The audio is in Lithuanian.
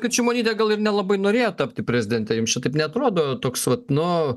kad šimonytė gal ir nelabai norėjo tapti prezidente jums čia taip neatrodo toks vat nu